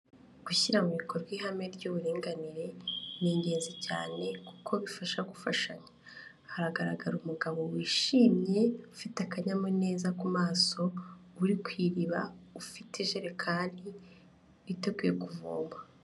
Gushyira mu bikorwa ihame ry'uburinganire ni ingenzi cyane kuko bifasha gufashanya, haragaragara umugabo wishimye, ufite akanyamuneza ku maso uri ku iriba, ufite ijerekani witeguye kuvoma.